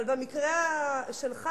אבל במקרה שלך